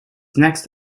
next